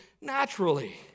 naturally